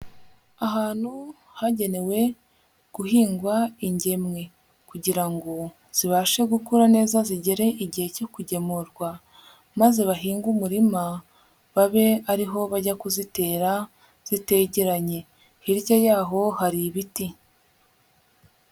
Ahantu hagenewe guhingwa ingemwe kugira ngo zibashe gukura neza zigere igihe cyo kugemurwa maze bahinge umurima babe ari ho bajya kuzitera zitegeranye, hirya y'aho hari ibiti.